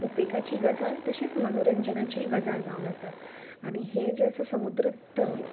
उपेगाची गजाल तशेंच मनोरंजनाची गजाल जावन आसा आनी हे जे आसा समुद्र तट